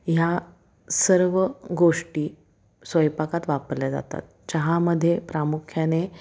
ह्या सर्व गोष्टी स्वयंपाकात वापरल्या जातात चहामध्ये प्रामुख्याने